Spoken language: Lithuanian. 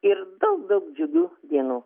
ir daug daug džiugių dienų